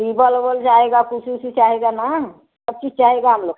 table ऊबल जाएगा कुर्सी उर्सी चाहेगा ना सब चीज चाहेगा हम लोग